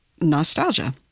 nostalgia